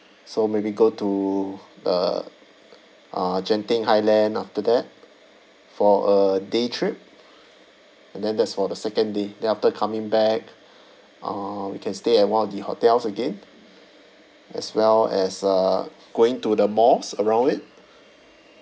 so maybe go to the uh genting highland after that for a day trip and then that's for the second day then after coming back uh we can stay at one of the hotels again as well as uh going to the malls around it